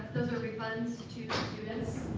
refunds to students,